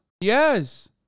yes